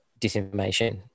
disinformation